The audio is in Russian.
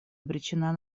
обречена